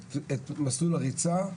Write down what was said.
את מסלול הריצה,